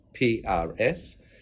PRS